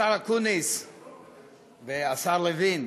השר אקוניס והשר לוין,